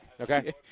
Okay